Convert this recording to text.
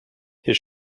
his